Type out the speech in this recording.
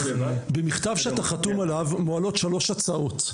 במכתב שאתה חתום עליו מועלות שלוש הצעות,